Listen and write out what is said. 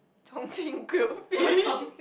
Chongqing grilled fish